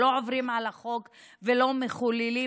שלא עוברים על החוק ולא מחוללים,